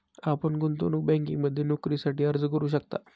आपण गुंतवणूक बँकिंगमध्ये नोकरीसाठी अर्ज करू शकता